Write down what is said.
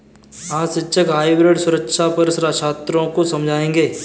आज शिक्षक हाइब्रिड सुरक्षा पर छात्रों को समझाएँगे